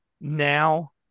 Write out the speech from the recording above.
now